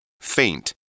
Faint